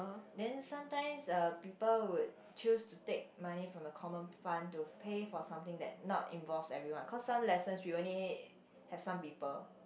then sometimes uh people would choose to take money from the common fund to pay for something that not involved everyone cause some lessons we only had had some people